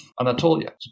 Anatolia